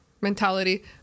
mentality